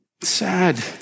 Sad